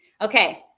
Okay